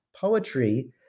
poetry